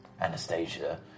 Anastasia